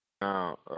Now